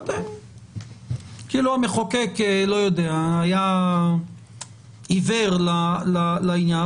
כאילו המחוקק היה עיוור לעניין.